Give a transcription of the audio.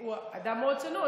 הוא אדם מאוד צנוע,